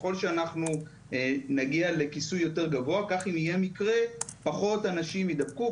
ככל שאנחנו נגיע לכיסוי יותר גבוה כך אם יהיה מקרה פחות אנשים יידבקו,